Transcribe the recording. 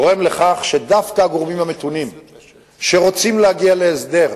גורם לכך שדוקא הגורמים המתונים שרוצים להגיע להסדר